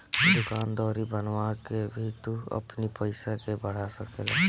दूकान दौरी बनवा के भी तू अपनी पईसा के बढ़ा सकेला